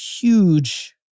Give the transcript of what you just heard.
huge